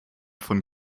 von